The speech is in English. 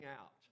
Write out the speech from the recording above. out